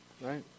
right